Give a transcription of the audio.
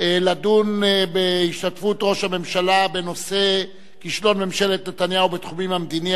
לדיון בהשתתפות ראש הממשלה בנושא: כישלון ממשלת נתניהו בתחום המדיני,